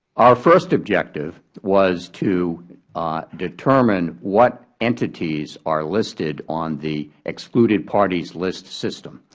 our first objective was to determine what entities are listed on the excluded parties list system.